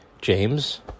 James